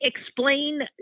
explain